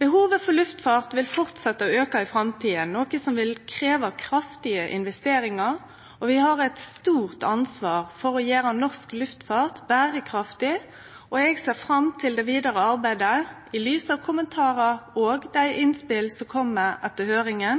Behovet for luftfart vil fortsetje å auke i framtida, noko som vil krevje kraftige investeringar. Vi har eit stort ansvar for å gjere norsk luftfart berekraftig, og eg ser fram til det vidare arbeidet i lys av kommentarar og dei innspela som kjem etter høyringa